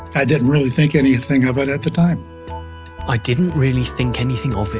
i didn't really think anything of it at the time i didn't really think anything of